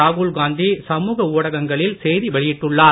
ராகுல் காந்தி சமூக ஊடகங்களில் செய்தி வெளியிட்டுள்ளார்